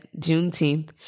Juneteenth